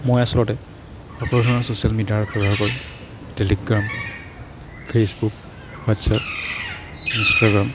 মই আচলতে সকলো ধৰণৰ ছ'চিয়েল মিডিয়াৰ ব্যৱহাৰ কৰোঁ টেলিগ্ৰাম ফেচবুক হোৱাটছআপ ইনষ্ট্ৰাগ্ৰাম